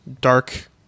dark